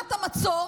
ושבירת המצור